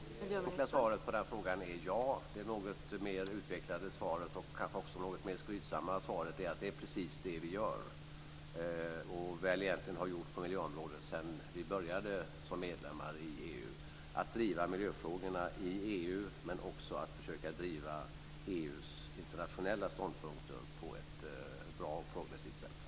Fru talman! Det enkla svaret på den frågan är ja. Det något mer utvecklade svaret och det något mer skrytsamma svaret är att det är precis det vi gör och har gjort på miljöområdet sedan vi blev medlemmar i EU. Vi driver miljöfrågorna i EU, och vi försöker driva EU:s internationella ståndpunkter på ett bra och progressivt sätt.